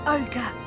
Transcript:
Olga